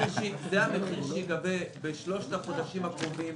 זה המחיר שייגבה בשלושת החודשים הקרובים,